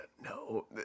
no